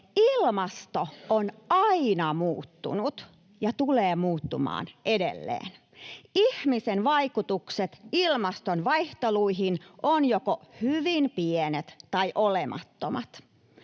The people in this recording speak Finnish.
Ilmasto on aina muuttunut ja tulee muuttumaan edelleen. Ihmisen vaikutukset ilmaston vaihteluihin ovat joko hyvin pienet tai olemattomat.